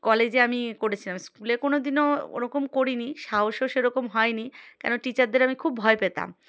কলেজে আমি করেছিলাম স্কুলে কোনো দিনও ওই রকম করিনি সাহসও সেই রকম হয়নি কেন টিচারদের আমি খুব ভয় পেতাম